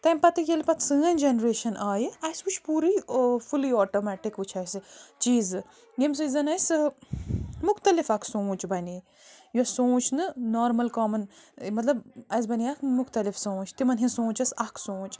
تَمہِ پتہٕ ییٚلہِ پتہٕ سٲنۍ جنریشن آیہِ اسہِ وُچھ پوٗرٕ ٲں فُلی آٹومیٹِک وُچھ اسہِ چیٖزٕ ییٚمہِ سۭتۍ زن اسہِ ٲں مُختلف اَکھ سونٛچ بنے یۄس سونٛچ نہٕ نارمل کامَن ٲں مطلب اسہِ بنے اکھ مُختلف سونٛچ تِمن ہنٛز سونٛچ ٲس اَکھ سونٛچ